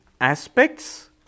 Aspects